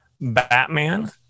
Batman